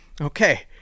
Okay